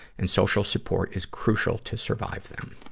and social support is crucial to survive them.